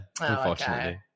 unfortunately